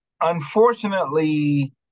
Unfortunately